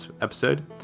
episode